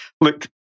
look